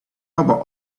about